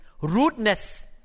Rudeness